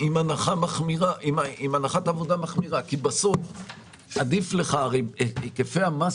עם הנחת עבודה מחמירה כי בסוף היקפי המס